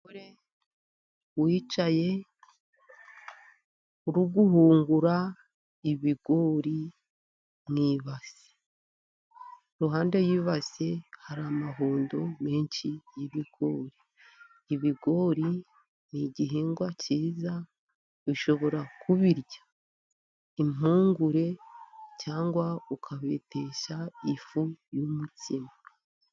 Umusore wicaye uri guhungura ibigori mu ibase, iruhande y'ibase, hari amahundo menshi y'ibigori. Ibigori ni igihingwa cyiza, ushobora kubirya impungure cyangwa ukabitesha ifu y'umutsima.